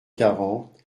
quarante